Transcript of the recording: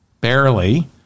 barely